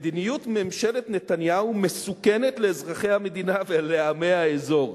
"מדיניות ממשלת נתניהו מסוכנת לאזרחי המדינה ולעמי האזור".